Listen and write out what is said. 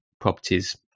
properties